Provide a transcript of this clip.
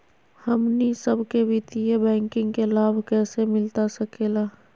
हमनी सबके वित्तीय बैंकिंग के लाभ कैसे मिलता सके ला?